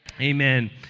Amen